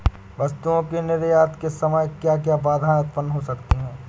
वस्तुओं के निर्यात के समय क्या क्या बाधाएं उत्पन्न हो सकती हैं?